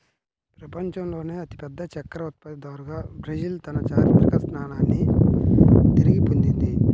ప్రపంచంలోనే అతిపెద్ద చక్కెర ఉత్పత్తిదారుగా బ్రెజిల్ తన చారిత్రక స్థానాన్ని తిరిగి పొందింది